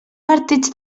partits